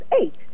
eight